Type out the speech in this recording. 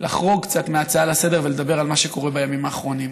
לחרוג קצת מההצעה לסדר-היום ולדבר על מה שקורה בימים האחרונים.